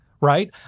right